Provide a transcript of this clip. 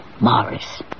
Morris